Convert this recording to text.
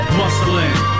muscling